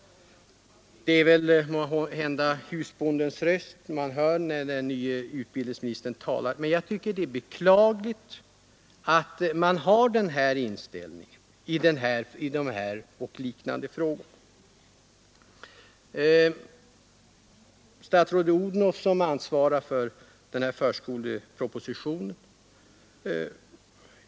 Måhända är det husbondens röst man hör när den nye utbildningsministern talar. Emellertid är det beklagligt att regeringen har den här inställningen i dessa och liknande frågor.